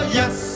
yes